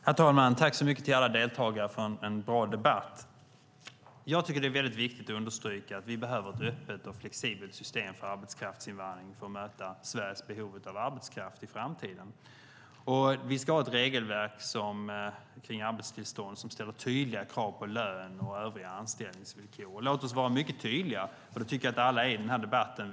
Herr talman! Tack så mycket alla deltagare för en bra debatt! Jag tycker att det är väldigt viktigt att understryka att vi behöver ett öppet och flexibelt system för arbetskraftsinvandring för att möta Sveriges behov av arbetskraft i framtiden. Vi ska ha ett regelverk kring arbetstillstånd som ställer tydliga krav på lön och övriga anställningsvillkor. Låt oss vara mycket tydliga, och det tycker jag att alla i den här debatten är.